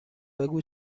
بگو